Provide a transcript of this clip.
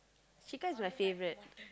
chicken is my favourite